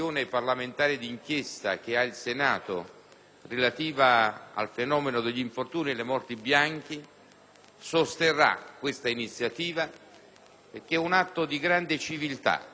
sosterrà questa iniziativa, che è un atto di grande civiltà e di vicinanza soprattutto nei confronti di quelle persone che, tragicamente, muoiono